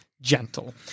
gentle